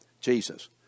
Jesus